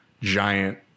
giant